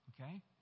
Okay